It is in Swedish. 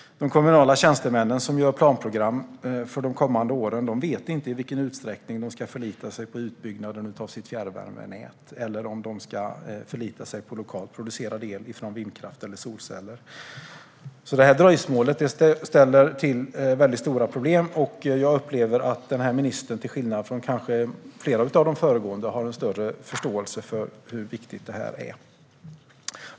De kommunala tjänstemän som gör upp planprogram för de kommande åren vet inte i vilken utsträckning de ska förlita sig på utbyggnaden av fjärrvärmenätet, eller om de i stället ska förlita sig på lokalt producerad el från vindkraft eller solceller. Detta dröjsmål ställer till stora problem. Jag upplever att den här ministern, kanske till skillnad mot flera av de föregående, har förståelse för hur viktigt detta är.